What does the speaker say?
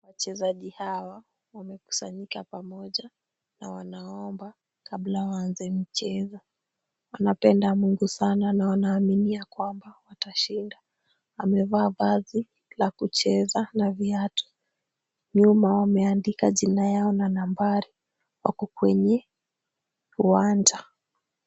Wachezaji hwa wamekusanyika pamoja na wanaomba kabla waanze michezo. Wanapenda Mungu sana na wanaaminia kwamba watashinda. Wamevaa vazi la kucheza na viatu. Nyuma wameandika jina yao na nambari. Wako kwenye uwanja.